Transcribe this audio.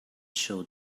show